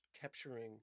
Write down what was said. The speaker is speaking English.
capturing